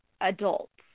adults